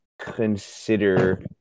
consider